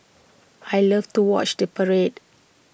I love to watch the parade